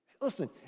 Listen